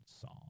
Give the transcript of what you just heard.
song